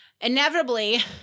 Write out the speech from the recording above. Inevitably